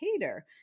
cater